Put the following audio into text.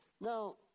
Now